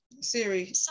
Siri